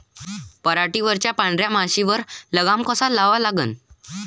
पराटीवरच्या पांढऱ्या माशीवर लगाम कसा लावा लागन?